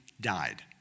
died